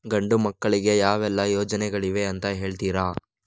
ಗಂಡು ಮಕ್ಕಳಿಗೆ ಯಾವೆಲ್ಲಾ ಯೋಜನೆಗಳಿವೆ ಅಂತ ಹೇಳ್ತೀರಾ?